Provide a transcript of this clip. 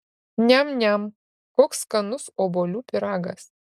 niam niam koks skanus obuolių pyragas